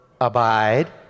abide